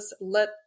let